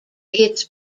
its